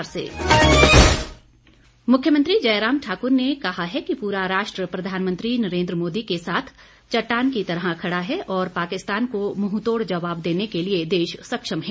मुख्यमंत्री मुख्यमंत्री जयराम ठाकुर ने कहा है कि पूरा राष्ट्र प्रधानमंत्री नरेंद्र मोदी के साथ चट्टान की तरह खड़ा है और पाकिस्तान को मुंहतोड़ जवाब देने के लिए देश सक्षम है